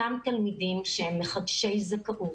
אותם תלמידים שהם מחדשי זכאות,